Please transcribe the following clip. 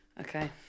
Okay